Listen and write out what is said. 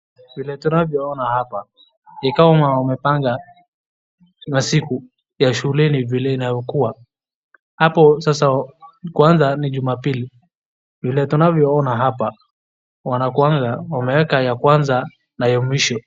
Wamepanga masiku ya shuleni ya kwanza ni jumapili.